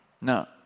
now